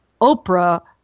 Oprah